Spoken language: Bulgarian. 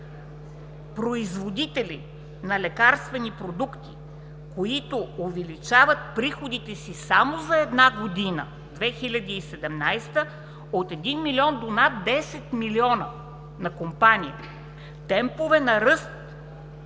производители на лекарствени продукти, които увеличават приходите си само за една година – 2017, от 1 до над 10 млн. лв. на компания – темпове на ръст